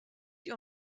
die